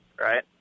Right